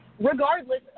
regardless